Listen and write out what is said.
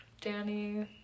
Danny